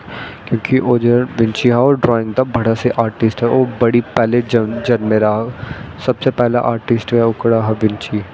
क्योंकि बिंच हा ओह् ड्राईंग दा बड़ा बड्डा ओह् हा बड़ी पैह्ले जन्म दा ओह् सब तो पैह्लां आर्टिस्ट गै बिंच हा